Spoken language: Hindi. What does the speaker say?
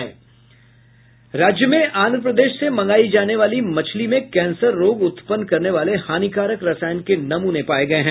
राज्य में आंध्र प्रदेश से मंगाई जाने वाली मछली में कैंसर रोग उत्पन्न करने वाले हानिकारक रसायन के नमूने पाये गये हैं